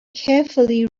carefully